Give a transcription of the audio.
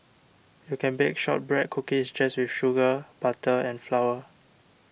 you can bake Shortbread Cookies just with sugar butter and flour